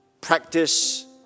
practice